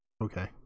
Okay